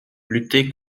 lutter